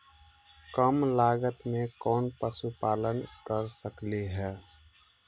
कम लागत में कौन पशुपालन कर सकली हे?